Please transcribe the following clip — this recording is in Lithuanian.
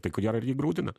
tai ko gero irgi graudina